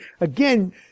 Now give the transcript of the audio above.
again